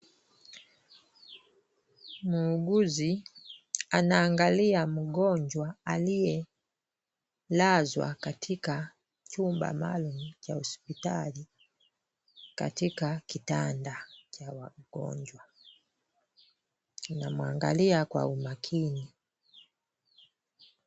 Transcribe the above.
Muuguzi anaangalia mgonjwa aliyelazwa katika chumba maalum cha hospitali, katika kitanda cha wagonjwa. Anamwangalia kwa umakini.